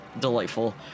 Delightful